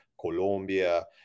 Colombia